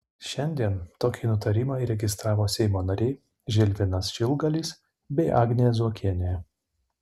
šiandien tokį nutarimą įregistravo seimo nariai žilvinas šilgalis bei agnė zuokienė